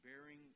bearing